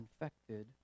infected